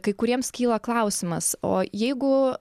kai kuriems kyla klausimas o jeigu